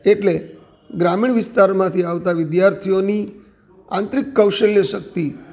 એટલે ગ્રામીણ વિસ્તારમાંથી આવતા વિદ્યાર્થીઓની આંતરિક કૌશલ્ય શક્તિ